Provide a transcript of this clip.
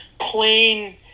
plain